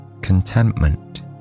contentment